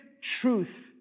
truth